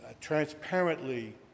transparently